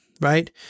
right